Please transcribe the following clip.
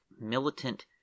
militant